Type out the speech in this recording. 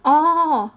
oh